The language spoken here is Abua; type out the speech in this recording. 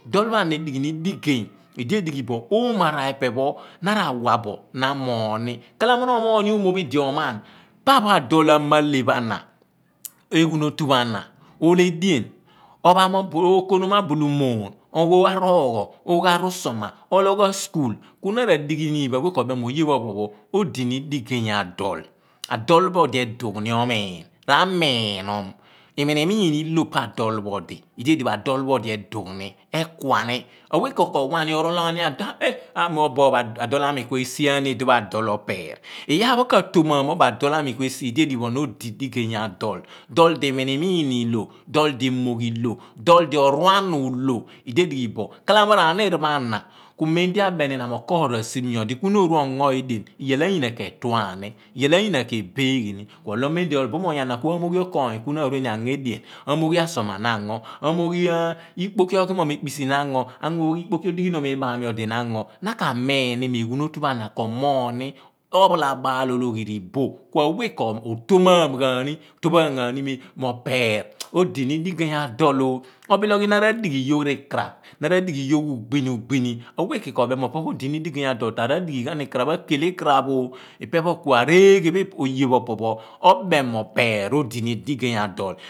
Dool pho ana edighi ni digeey omo araar raar pho ipe na ra wa bo naa moogh ni kalaina na omoogh imo phi di oman pa pho adol a male pho a na, eghun otie pho ana, ol he edien, okonom abulo umoon, ogho aroogho, ogboa ru suoma oloogh a school ku na ra dighi ni loho o we ko beom ni mo oye pho ophon pho odini diggy adool adool pho odi edugh ni omiin ramiinom, iminimin iho pa adool pho och idi edighi bo a dool pho od edugh mi ekua ni aweh reen ko wani orool laa ni adool obo adool a mi kue siani idipho adool opeer iyaar pho ka to manu obo daal ami kuesia ni idi edighi bo na odi digey adoli dol di iminiin ilo, dool di emoghi ilo, dool di oruanu uloo idi edighi bo kalamo radiir pho a na kumen di abeni ina nuo okoony ra sip nyo di ku no rue ongo edean, iyaal anyina be tuani iyaal anyina kebeeghini kuo lo men di obuumony ana kua moghi okoony ku na arueni ango amoghi ikpoki oghi moom ekpisi na ango awooghi ikpoki odighi noom igbaagha miodi na ango na kamini mo eghuun otu pho ana kemoogh ni ophala baal ologhi riboh ku a we ko to mam gha ni mo okpeer odini nigey a dol oho. Obile ogho na radighi yougo ikaraph nara nighi yoogh ugbini ugbim awe keen ko beem mi mo no odi ni digey adol na ra dighi ghan ikaraph na akeel ikraph ooh upo kua reghe oye pho opo pho obem mo na odini digey addol.